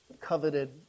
coveted